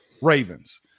Ravens